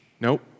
nope